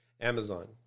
Amazon